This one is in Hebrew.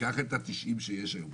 ניקח את ה-90 שיש היום.